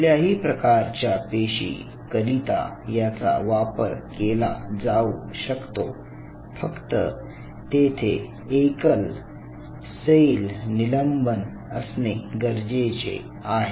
कुठल्याही प्रकारच्या पेशी करिता याचा वापर केला जाऊ शकतो फक्त तेथे एकल सेल निलंबन असणे गरजेचे आहे